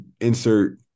insert